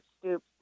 Stoops